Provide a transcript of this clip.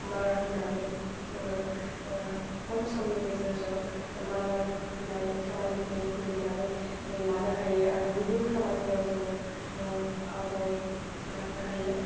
मारा होनानै जोङो खम समनि गेजेरजों मारान होनाय खामानिखौ फोजोबनानै लानो हायो आरो गुबुन खामानियाव जोङो आवगायलांनो हायो